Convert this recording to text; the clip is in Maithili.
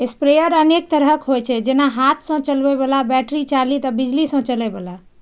स्प्रेयर अनेक तरहक होइ छै, जेना हाथ सं चलबै बला, बैटरी चालित आ बिजली सं चलै बला